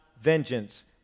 vengeance